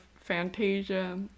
Fantasia